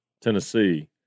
Tennessee